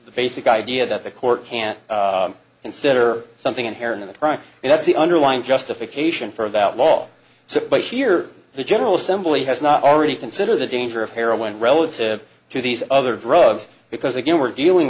the basic idea that the court can consider something inherent in the crime and that's the underlying justification for about law so but here the general assembly has not already consider the danger of heroin relative to these other drugs because again we're dealing